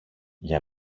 για